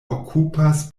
okupas